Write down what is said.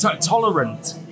tolerant